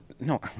No